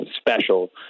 special